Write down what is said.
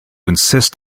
insist